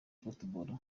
football